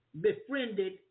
befriended